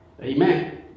Amen